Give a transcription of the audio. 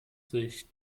sich